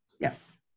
yes